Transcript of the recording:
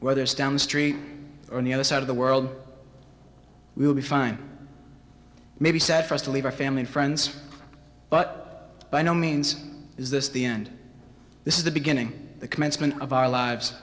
weathers down the street or on the other side of the world we will be fine maybe sad for us to leave our family friends but by no means is this the end this is the beginning the commencement of our lives